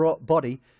body